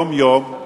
יום-יום,